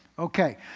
Okay